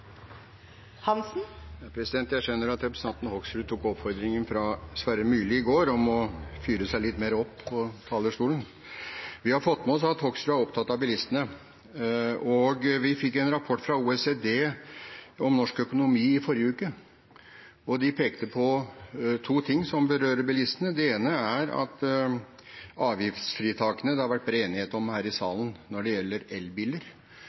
Jeg skjønner at representanten Hoksrud tok oppfordringen fra Sverre Myrli i går om å fyre seg litt mer opp på talerstolen. Vi har fått med oss at representanten Hoksrud er opptatt av bilistene, og vi fikk en rapport fra OECD om norsk økonomi i forrige uke. De pekte på to ting som berører bilistene. Det ene er at avgiftsfritakene det har vært bred enighet om her i salen når det gjelder elbiler,